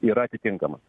yra atitinkamas